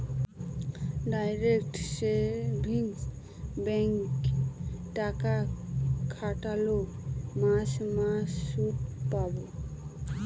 direct savings ব্যাঙ্কে টাকা খাটোল মাস মাস সুদ পাবো